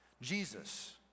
Jesus